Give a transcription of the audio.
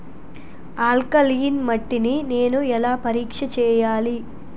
Alkaline మట్టి ని నేను ఎలా పరీక్ష చేయాలి?